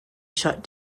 shut